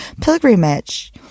pilgrimage